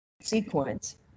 sequence